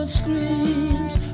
screams